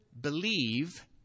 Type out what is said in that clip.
believe